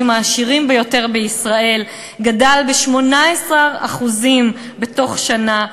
העשירים ביותר בישראל גדל ב-18% בתוך שנה,